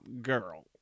Girl